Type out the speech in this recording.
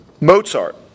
Mozart